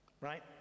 Right